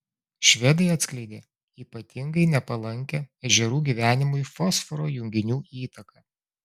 švedai atskleidė ypatingai nepalankią ežerų gyvenimui fosforo junginių įtaką